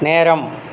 நேரம்